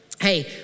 Hey